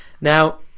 Now